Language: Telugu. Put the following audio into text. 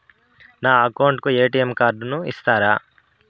నా అకౌంట్ కు ఎ.టి.ఎం కార్డును ఇస్తారా